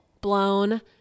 blown